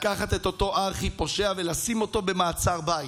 לקחת את אותו ארכי-פושע ולשים אותו במעצר בית,